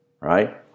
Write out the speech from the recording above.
right